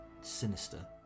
sinister